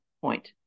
point